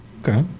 Okay